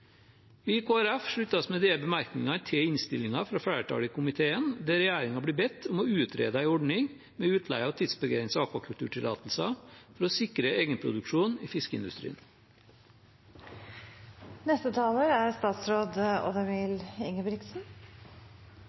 Vi i Kristelig Folkeparti slutter oss med disse bemerkningene til innstillingen fra flertallet i komiteen, der regjeringen blir bedt om å utrede en ordning med utleie av tidsbegrenset akvakulturtillatelser for å sikre egenproduksjon i